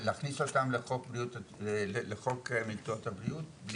להכניס אותם לחוק מקצועות הבריאות בלי תואר אקדמי?